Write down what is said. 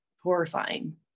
horrifying